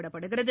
விடப்படுகிறது